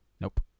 Nope